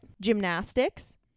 gymnastics